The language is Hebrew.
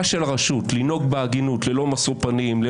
של הרשות לנהוג בהגינות ללא משוא פנים,